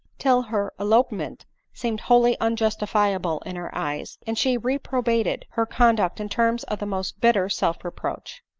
till her elopement seemed wholly unjustifiable in her eyes, and she reprobated her conduct in terms of the most bitter self-reproach.